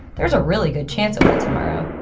there's a really good chance it will tomorrow.